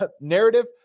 narrative